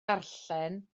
darllen